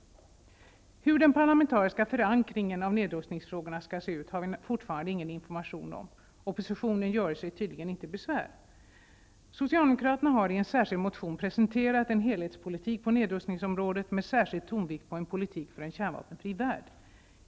Hur den parlamentariska förankringen av nedrustningsfrågorna skall se ut har vi fortfarande ingen information om. Oppositionen göre sig tydligen inte besvär. Socialdemokraterna har i en särskild motion presenterat en helhetspolitik på nedrustningsområdet med särskild tonvikt på en politik för en kärnvapenfri värld.